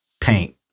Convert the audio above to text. paint